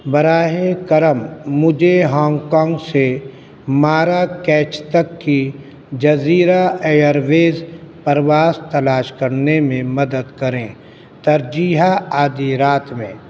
براہ کرم مجھے ہانگ کانگ سے ماراکیچ تک کی جزیرہ ایئرویز پرواز تلاش کرنے میں مدد کریں ترجیحات آدھی رات میں